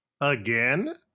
Again